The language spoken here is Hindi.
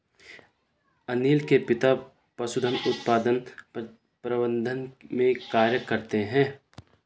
अनील के पिता पशुधन उत्पादन प्रबंधन में कार्य करते है